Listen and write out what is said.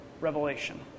Revelation